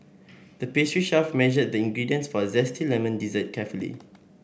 the pastry chef measured the ingredients for a zesty lemon dessert carefully